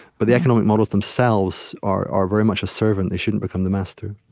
but the economic models themselves are are very much a servant they shouldn't become the master